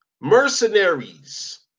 mercenaries